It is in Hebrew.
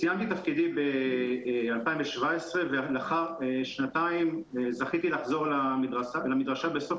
סיימתי את תפקידי ב-2017 ולאחר שנתיים זכיתי לחזור למדרשה בסוף